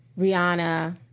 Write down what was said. Rihanna